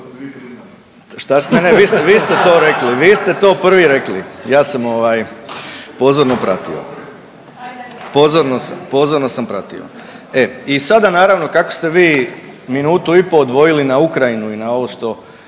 i sada naravno kako ste vi minutu i pol odvojili na Ukrajinu i na ovo što